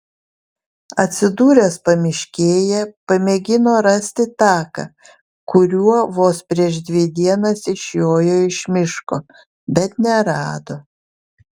atsidūręs pamiškėje pamėgino rasti taką kuriuo vos prieš dvi dienas išjojo iš miško bet nerado